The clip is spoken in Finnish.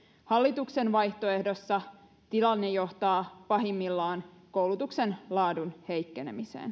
hallituksen vaihtoehdossa tilanne johtaa pahimmillaan koulutuksen laadun heikkenemiseen